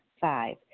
Five